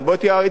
האחר,